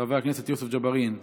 חבר הכנסת יוסף ג'בארין,